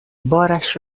بارش